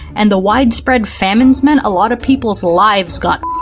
and the widespread famines meant a lot of people's lives got